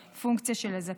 כפונקציה של הזכאות.